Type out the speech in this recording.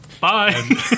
bye